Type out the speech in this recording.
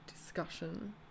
discussion